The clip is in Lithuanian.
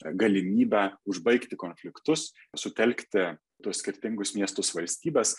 galimybę užbaigti konfliktus sutelkti du skirtingus miestus valstybes